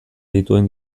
dituen